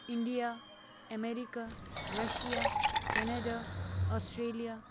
India America Russia Canada Australia